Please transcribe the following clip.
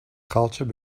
culture